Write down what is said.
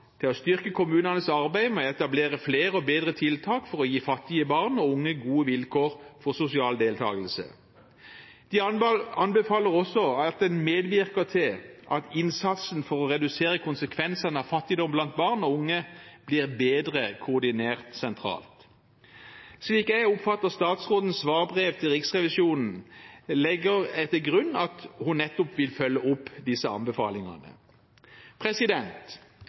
til å styrke kommunenes arbeid med å etablere flere og bedre tiltak for å gi fattige barn og unge gode vilkår og sosial deltagelse. De anbefaler også at en medvirker til at innsatsen for å redusere konsekvensene av fattigdom blant barn og unge blir bedre koordinert sentralt. Slik jeg oppfatter statsrådens svarbrev til Riksrevisjonen, legger jeg til grunn at hun nettopp vil følge opp disse anbefalingene.